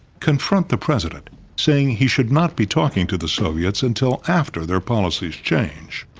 confront the president saying he should not be talking to the soviets until after their policies change.